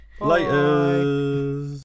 Later